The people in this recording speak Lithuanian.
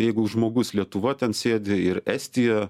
jeigu žmogus lietuva ten sėdi ir estija